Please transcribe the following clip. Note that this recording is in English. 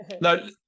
no